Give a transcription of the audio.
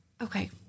okay